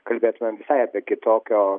kalbėtumėm visai apie kitokio